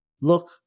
look